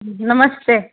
नमस्ते